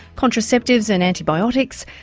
contraceptives and antibiotics,